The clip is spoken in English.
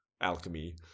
alchemy